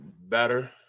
better